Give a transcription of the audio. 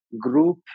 group